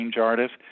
artists